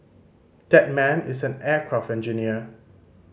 that man is an aircraft engineer